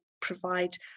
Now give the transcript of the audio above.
provide